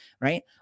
Right